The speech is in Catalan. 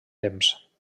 temps